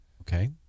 Okay